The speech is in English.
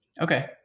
Okay